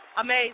Amazing